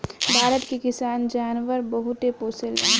भारत के किसान जानवर बहुते पोसेलन